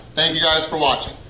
thank you guys for watching!